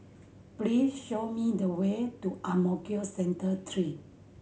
please show me the way to Ang Mo Kio Central Three